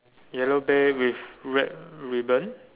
yellow bear with red ribbon